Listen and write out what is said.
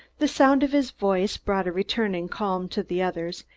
the sound of his voice brought a returning calm to the others,